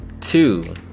Two